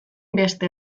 beste